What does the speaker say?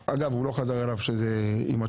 אגב, הוא לא חזר אליו עם התשובה.